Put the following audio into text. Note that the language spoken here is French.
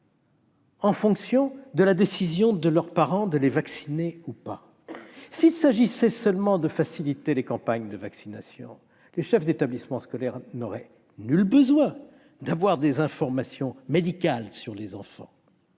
en fonction de la décision de leurs parents de les faire vacciner ou non. S'il s'agissait seulement de faciliter les campagnes de vaccination, les chefs d'établissements n'auraient nul besoin d'accéder aux informations médicales relatives